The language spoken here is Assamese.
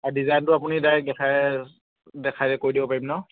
আৰু ডিজাইনটো আপুনি ডাইৰেক্ট দেখাই দেখাই কৈ দিব পাৰিম ন